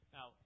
Now